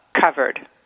covered